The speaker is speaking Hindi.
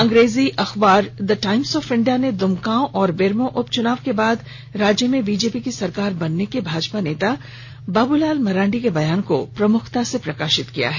अंग्रेजी में प्रकाशित द टाइम्स ऑफ इंडिया ने दमका और बेरमो उपचुनाव के बाद राज्य में बीजेपी की सरकार बनने के भाजपा नेता बाबूलाल मरांडी के बयान को प्रमुखता से प्रकाशित किया है